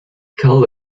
call